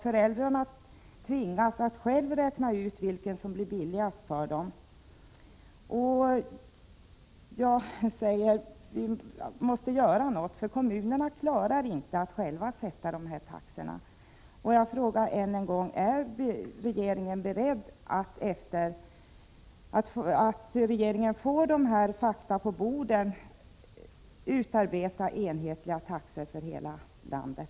Föräldrarna där tvingas själva räkna ut vad som blir billigast för dem. Vi måste göra något åt detta, för kommunerna klarar inte att själva sätta taxorna. Jag frågar ännu en gång: Är regeringen beredd att, när fakta väl ligger på bordet, utarbeta taxor som är enhetliga för hela landet?